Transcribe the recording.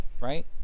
right